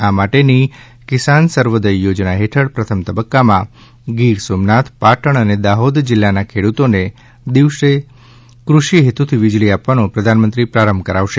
આ માટેની કિસાન સર્વોદય યોજના હેઠળ પ્રથમ તબક્કામાં ગીર સોમનાથ પાટણ અને દાહોદ જિલ્લાના ખેડૂતોને દિવસે કૃષિહેતુથી વીજળી આપવાનો પ્રધાનમંત્રી પ્રારંભ કરાવશે